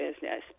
business